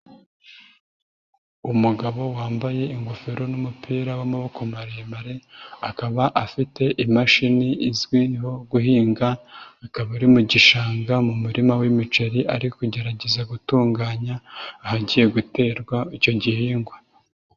Umugabo wambaye ingofero n'umupira w'amaboko maremare, akaba afite imashini izwiho guhinga, ikaba iri mu gishanga mu murima w'imiceri ari kugerageza gutunganya, ahagiye guterwa icyo gihingwa.